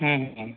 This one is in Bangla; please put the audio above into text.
হুম হুম